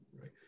right